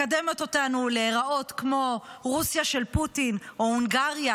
מקדמת אותנו להיראות כמו רוסיה של פוטין או הונגריה